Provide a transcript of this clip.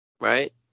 right